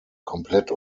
komplett